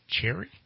Cherry